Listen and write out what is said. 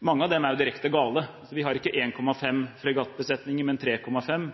Mange av dem er direkte gale. Vi har ikke 1,5 fregattbesetninger, men 3,5.